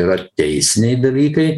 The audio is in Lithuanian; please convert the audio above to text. yra teisiniai dalykai